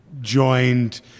joined